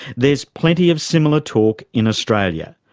there's plenty of similar talk in australia.